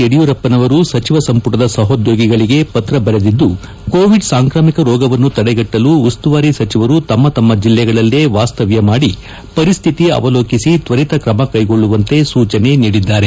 ಯಡಿಯೂರಪ್ಪನವರು ಸಚಿವ ಸಂಪುಟದ ಸಹೋದ್ಯೋಗಿಗಳಗೆ ಪತ್ರ ಬರೆದಿದ್ದು ಕೋವಿಡ್ ಸಾಂಕ್ರಾಮಿಕ ರೋಗವನ್ನು ತಡೆಗಟ್ಟಲು ಉಸ್ತುವಾರಿ ಸಚಿವರು ತಮ್ಮ ತಮ್ಮ ಜಿಲ್ಲೆಗಳಲ್ಲೇ ವಾಸ್ತವ್ಯ ಮಾಡಿ ಪರಿಸ್ಠಿತಿ ಅವಲೋಕಿಸಿ ತ್ವರಿತ ಕ್ರಮ ಕೈಗೊಳ್ಳುವಂತೆ ಸೂಚನೆ ನೀಡಿದ್ದಾರೆ